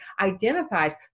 identifies